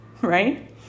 right